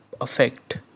effect